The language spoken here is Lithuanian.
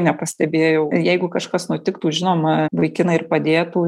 nepastebėjau jeigu kažkas nutiktų žinoma vaikinai ir padėtų